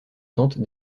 tente